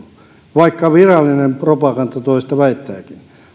vaikka virallinen propaganda toista väittääkin